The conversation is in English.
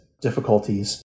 difficulties